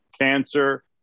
cancer